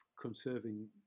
conserving